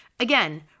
Again